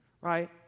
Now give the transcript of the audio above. right